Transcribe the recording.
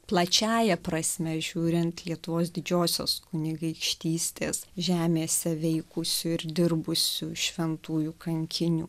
plačiąja prasme žiūrint lietuvos didžiosios kunigaikštystės žemėse veikusių ir dirbusių šventųjų kankinių